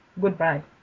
Goodbye